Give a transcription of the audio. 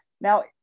now